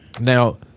Now